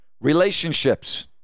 Relationships